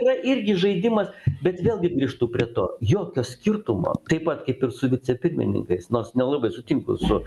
yra irgi žaidimas bet vėlgi grįžtu prie to jokio skirtumo taip pat kaip ir su vicepirmininkais nors nelabai sutinku su